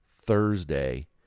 Thursday